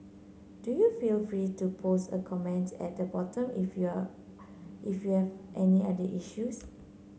do you feel free to post a commence at the bottom if you are if you have any other issues